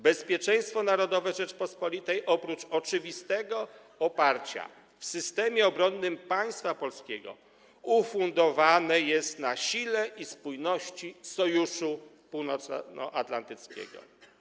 Bezpieczeństwo narodowe Rzeczypospolitej, oprócz oczywistego oparcia w systemie obronnym państwa polskiego, ufundowane jest na sile i spójności Sojuszu Północnoatlantyckiego.